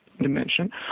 dimension